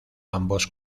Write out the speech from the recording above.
ambos